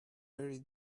very